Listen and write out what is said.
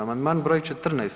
Amandman broj 14.